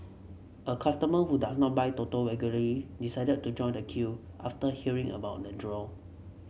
a customer who does not buy Toto regularly decided to join the queue after hearing about the draw